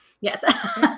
yes